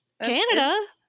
canada